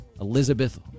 Elizabeth